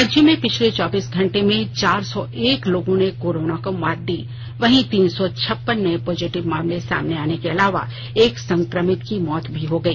राज्य में पिछले चौबीस घंटे में चार सौ एक लोगों ने कोरोना को मात दी वहीं तीन सौ छप्पन नए पॉजिटिव मामले सामने आने के अलावा एक संक्रमित की मौत भी हो गई